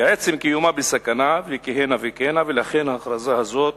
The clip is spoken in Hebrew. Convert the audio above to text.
ועצם קיומה בסכנה, וכהנה וכהנה, ולכן ההכרזה הזאת